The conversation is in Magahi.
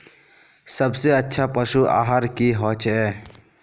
सबसे अच्छा पशु आहार की होचए?